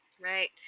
Right